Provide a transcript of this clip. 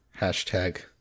Hashtag